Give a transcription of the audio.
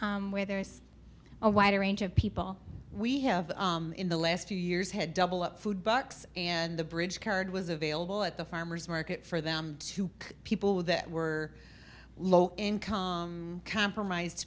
where there's a wider range of people we have in the last few years had double up food bucks and the bridge card was available at the farmer's market for them to people that were low income compromise